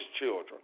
children